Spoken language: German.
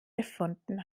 gefunden